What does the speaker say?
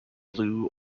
blue